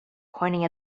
pointing